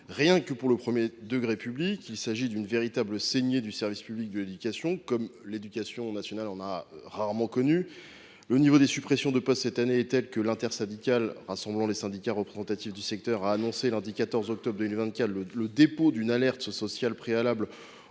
rien que pour le premier degré public. Il s’agit d’une véritable saignée du service public de l’éducation, comme il en a rarement connu. Le niveau des suppressions de postes cette année est tel que l’intersyndicale rassemblant les syndicats représentatifs du secteur a annoncé lundi 14 octobre 2024 le dépôt d’« une alerte sociale préalable